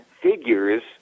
figures